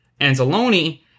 Anzalone